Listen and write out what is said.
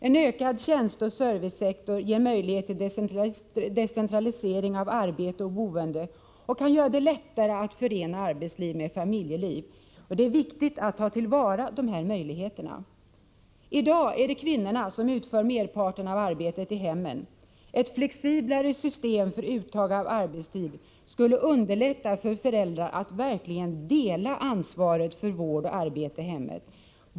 En ökad tjänsteoch servicesektor ger möjligheter till decentralisering av arbete och boende och kan göra det lättare att förena arbetsliv med familjeliv. Det är viktigt att ta till vara dessa möjligheter. I dag är det kvinnorna som utför merparten av arbetet i hemmen. Ett flexiblare system för uttag av arbetstid skulle underlätta för föräldrar att verkligen dela ansvaret för vård och arbete i hemmet.